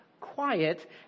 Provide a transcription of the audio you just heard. quiet